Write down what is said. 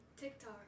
TikTok